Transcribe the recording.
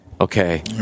Okay